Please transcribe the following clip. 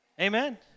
Amen